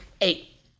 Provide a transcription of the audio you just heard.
eight